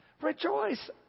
Rejoice